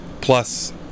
plus